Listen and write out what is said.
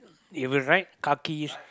with the right kaki